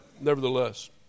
nevertheless